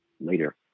later